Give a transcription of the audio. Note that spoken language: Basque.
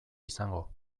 izango